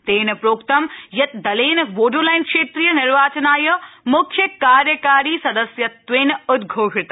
तेन प्रोक्तं यत् दलेन वोडोलैण्ड क्षेत्रीय निर्वाचनाय म्ख्य कार्यकारी सदस्यत्वेन उद्घोषित